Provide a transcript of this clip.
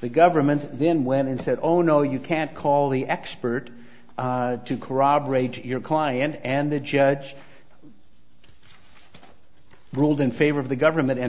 the government then went and said oh no you can't call the expert to corroborate your client and the judge ruled in favor of the government and